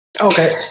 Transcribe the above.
Okay